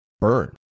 burn